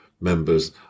members